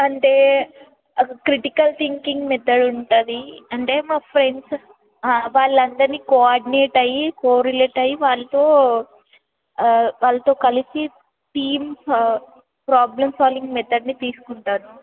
అంటే ఒక critical thinking method ఉంటుంది అంటే మా ఫ్రెండ్స్ వాళ్ళందరినీ కోఆర్డినేట్ అయ్యి కోరిలేట్ అయ్యి వాళ్ళతో వాళ్లతో కలిసి థీమ్ ప్రాబ్లం సాల్వింగ్ మెథడ్ని తీసుకుంటాను